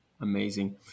amazing